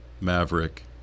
Maverick